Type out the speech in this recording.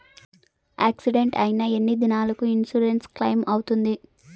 Accident అయిన ఎన్ని దినాలకు ఇన్సూరెన్సు క్లెయిమ్ అవుతుంది?